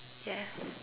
yes